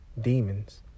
demons